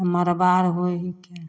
मड़बा आर होइ हिकै